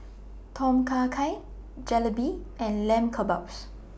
Tom Kha Gai Jalebi and Lamb Kebabs